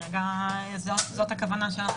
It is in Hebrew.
זאת כרגע הכוונה של הממשלה.